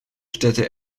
städte